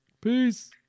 Peace